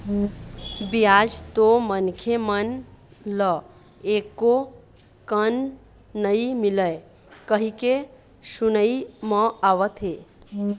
बियाज तो मनखे मन ल एको कन नइ मिलय कहिके सुनई म आवत हे